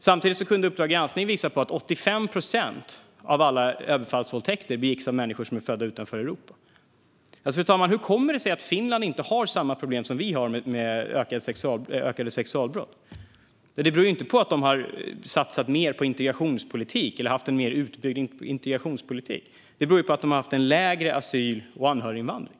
Samtidigt kunde Uppdrag granskning visa att 85 procent av alla överfallsvåldtäkter begicks av människor som är födda utanför Europa. Fru talman! Hur kommer det sig att Finland inte har samma problem som vi har med ökade sexualbrott? Det beror inte på att de har satsat mer på eller har haft mer utbyggd integrationspolitik. Det beror på att de har haft en lägre asyl och anhöriginvandring.